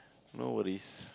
no worries